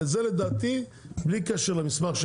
וזה לדעתי בלי קשר למסמך.